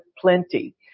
plenty